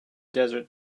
desert